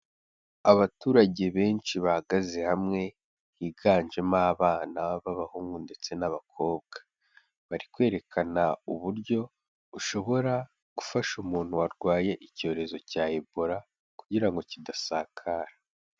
Abaturage benshi bahagaze hamwe higanjemo abana b'abahungu ndetse n'abakobwa, bari kwerekana uburyo bushobora gufasha umuntu warwaye icyorezo cya ebola kugira ngo kidasakara.